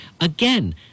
Again